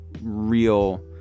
real